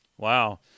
Wow